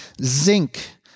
zinc